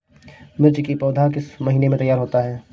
मिर्च की पौधा किस महीने में तैयार होता है?